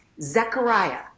Zechariah